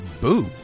boo